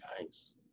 nice